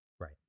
Right